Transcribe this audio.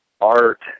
art